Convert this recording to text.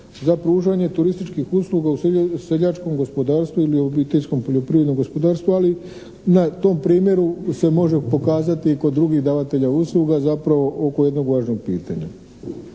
za pružanje turističkih usluga u seljačkom gospodarstvu ili obiteljskom poljoprivrednom gospodarstvu, ali na tom primjeru se može pokazati kod drugih davatelja usluga zapravo oko jednog važnog pitanja.